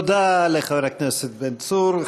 תודה לחבר הכנסת בן צור.